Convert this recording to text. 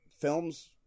films